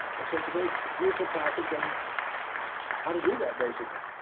and so it's a very beautiful package on how to do that basically.